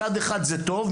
מצד אחד זה טוב,